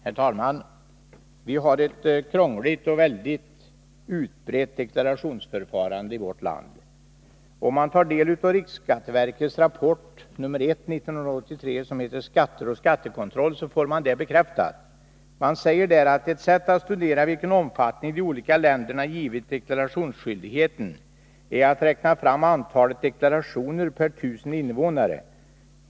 Herr talman! Vi har ett krångligt och mycket omfattande deklarationsförfarande i vårt land. Om man tar del av riksskatteverkets rapport nr 1 år 1983, som heter Skatter och skattekontroll, får man det bekräftat. Det sägs där: ”Ett sätt att studera vilken omfattning de olika länderna givit deklarationsskyldigheten är att räkna fram antalet deklarationer per 1 000 invånare.